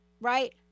right